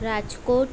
Rajkot